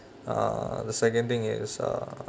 uh the second thing is uh